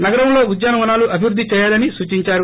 నగరంలో ఉద్యానవనాలు అభివృద్ది చేయాలని సూచిందారు